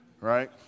right